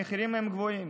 המחירים הם גבוהים.